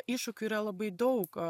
iššūkių yra labai daug